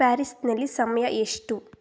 ಪ್ಯಾರಿಸ್ನಲ್ಲಿ ಸಮಯ ಎಷ್ಟು